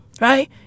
right